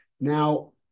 Now